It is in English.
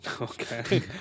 Okay